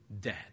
dead